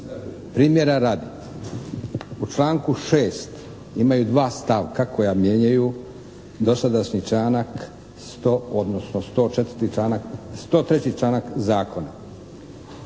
Primjera radi, u članku 6. imaju dva stavka koja mijenjaju dosadašnji članak, odnosno 103. članak Zakona.